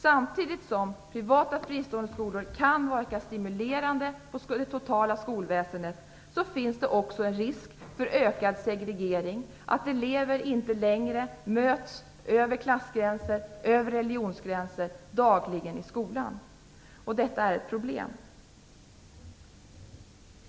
Samtidigt som privata, fristående skolor kan verka stimulerande på det totala skolväsendet finns det också en risk för ökad segregering, så att elever inte längre dagligen möts i skolan över klassgränser och religionsgränser. Detta är ett problem.